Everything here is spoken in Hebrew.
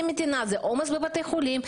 הוצאות למדינה ועומס בבתי החולים.